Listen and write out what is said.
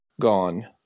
gone